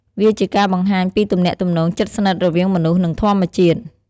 វាជាការបង្ហាញពីទំនាក់ទំនងជិតស្និទ្ធរវាងមនុស្ស និងធម្មជាតិ។